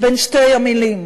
בין שתי המילים,